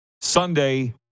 Sunday